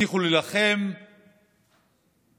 הבטיחו להילחם בטרור,